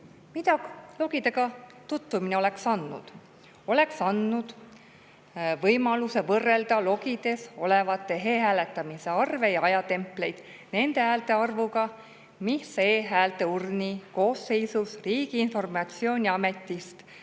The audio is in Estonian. Mida logidega tutvumine oleks andnud? Oleks andnud võimaluse võrrelda logides olevaid e‑hääletamise arve ja ajatempleid nende häälte arvuga, mis e‑häälte urni koosseisus Riigi [Infosüsteemi] Ametist